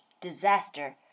disaster